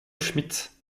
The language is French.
schmidt